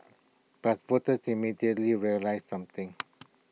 but voters immediately realised something